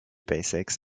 basics